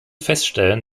feststellen